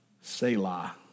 Selah